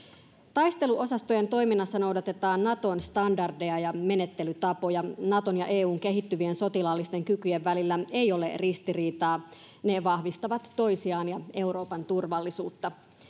taisteluosastojen toiminnassa noudatetaan naton standardeja ja menettelytapoja naton ja eun kehittyvien sotilaallisten kykyjen välillä ei ole ristiriitaa ne vahvistavat toisiaan ja euroopan turvallisuutta